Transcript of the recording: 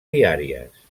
diàries